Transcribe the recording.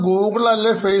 Google അല്ലെങ്കിൽ Facebook